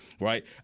right